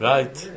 Right